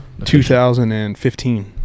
2015